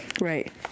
Right